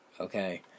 okay